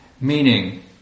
Meaning